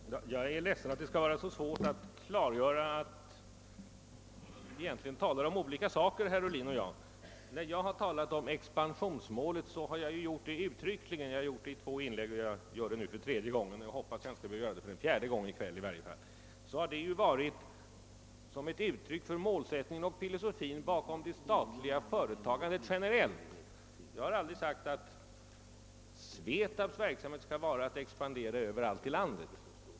Herr talman! Det är ledsamt att det skall vara så svårt att göra klart för herr Ohlin att han och jag egentligen talar om olika saker. I två tidigare inlägg har jag redogjort för innebörden i expansionsmålet. Jag gör det nu för tredje gången och hoppas att jag inte skall behöva göra det en fjärde gång, åtminstone inte i kväll. Och jag har gjort det för att klargöra målsättningen och filosofin generellt bakom det statliga företagandet, men jag har aldrig sagt att SVETAB:s verksamhet skall expandera överallt i landet.